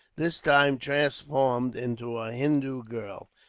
this time transformed into a hindoo girl,